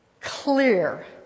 clear